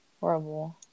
horrible